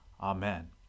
Amen